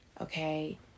Okay